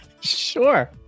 Sure